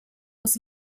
was